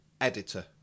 editor